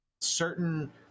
certain